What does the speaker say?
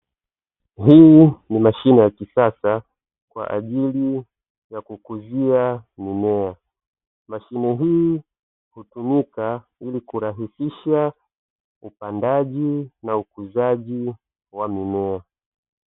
Hii ni mashine ya kisasa kwa ajili ya kukuzia mimea. Mashine hii hutumika ili kurahisisha upandaji na ukuzaji wa mimea.